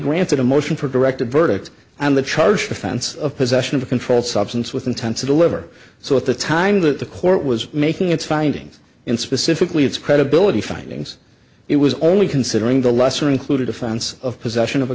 granted a motion for directed verdict and the charged offense of possession of a controlled substance with intense of the liver so at the time that the court was making its findings and specifically its credibility findings it was only considering the lesser included offense of possession of a